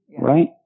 Right